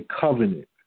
covenant